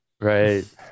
Right